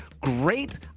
Great